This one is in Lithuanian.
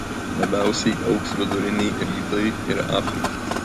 labiausiai augs viduriniai rytai ir afrika